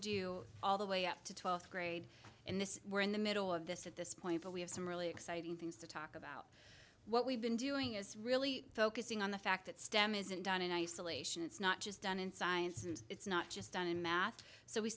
do all the way up to twelfth grade and this we're in the middle of this at this point but we have some really exciting things to talk about what we've been doing is really focusing on the fact that stem isn't done in isolation it's not just done in science and it's not just done in math so we